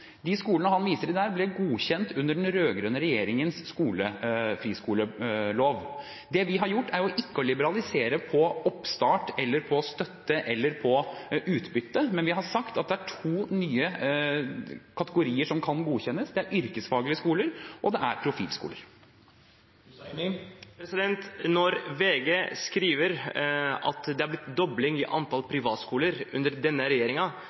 De skolene han viser til der, ble godkjent i henhold til den rød-grønne regjeringens friskolelov. Det vi har gjort, er ikke å liberalisere når det gjelder oppstart, støtte eller utbytte, men vi har sagt at det er to nye kategorier som kan godkjennes. Det er yrkesfaglige skoler, og det er profilskoler. Når VG skriver at det er blitt en dobling i antall privatskoler under denne